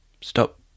stop